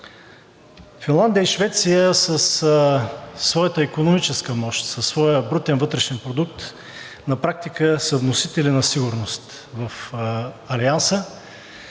Финландия и Швеция със своята икономическа мощ, със своя брутен вътрешен продукт на практика са вносители на сигурност в Алианса.